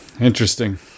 Interesting